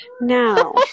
Now